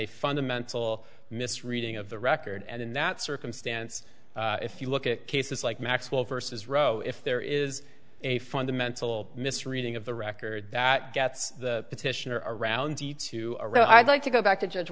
a fundamental misreading of the record and in that circumstance if you look at cases like maxwell versus roe if there is a fundamental misreading of the record that gets the petitioner around to a row i'd like to go back to judge